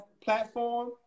platform